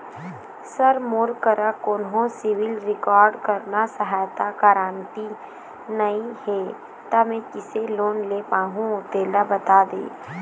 sir मोर करा कोन्हो सिविल रिकॉर्ड करना सहायता गारंटर नई हे ता मे किसे लोन ले पाहुं तेला बता दे